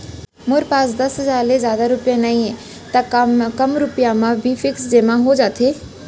मोर पास दस हजार ले जादा रुपिया नइहे त का कम रुपिया म भी फिक्स जेमा हो जाथे?